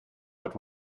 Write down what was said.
but